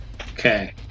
Okay